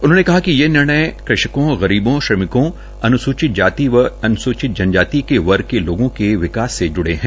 उन्होंने कहा कि ये निर्णय कृषकों गरीबों श्रमिकों अनुसूचित जाति व जनजाति वर्ग के लोगों के विकास से जुड़े है